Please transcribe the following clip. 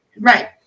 right